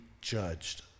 judged